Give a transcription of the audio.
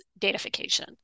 datafication